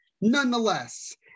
nonetheless